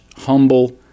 humble